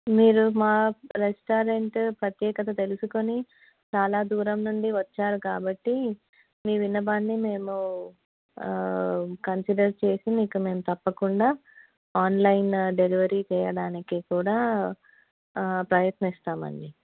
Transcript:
మీరు మా రెస్టారెంట్ ప్రత్యేకత తెలుసుకుని చాలా దూరం నుండి వచ్చారు కాబట్టి మీ విన్నపాన్ని మేము కన్సిడర్ చేసి మీకు మేము తప్పకుండా ఆన్లైన్ డెలివరీ చేయడానికి కూడా ప్రయత్నిస్తామండి